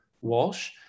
Walsh